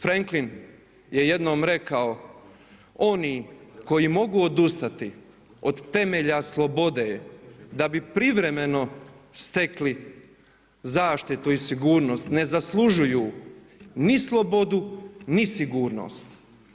Franklin je jednom rekao „Oni koji mogu odustati od temelja slobode da bi privremeno stekli zaštitu i sigurnost ne zaslužuju ni slobodu, ni sigurnost“